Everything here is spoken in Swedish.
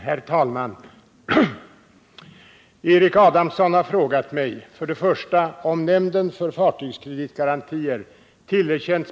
Herr talman!